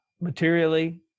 materially